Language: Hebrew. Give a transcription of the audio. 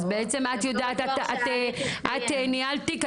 אז בעצם את ניהלת תיק,